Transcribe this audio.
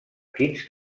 quins